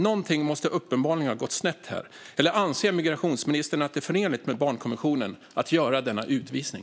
Något måste uppenbarligen ha gått snett här. Eller anser migrationsministern att det är förenligt med barnkonventionen att göra denna utvisning?